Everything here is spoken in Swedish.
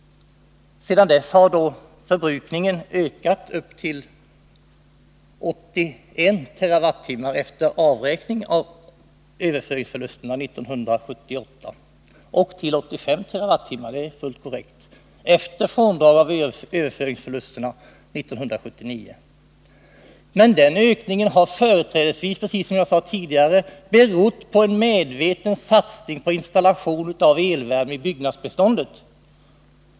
Sedan dess har förbrukningen ökat till 81 TWh år 1978 efter avräkning av överföringsförlusterna och upp till 85 TWh — det är fullt korrekt — år 1979 efter avdrag av överföringsförlusterna. Men den ökningen har företrädesvis, precis som jag sade tidigare, berott på en medveten satsning på installation av elvärme i byggnadsbeståndet.